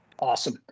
Awesome